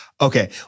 Okay